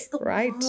right